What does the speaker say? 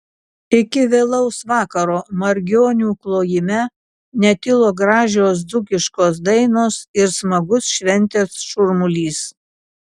iki vėlaus vakaro margionių klojime netilo gražios dzūkiškos dainos ir smagus šventės šurmulys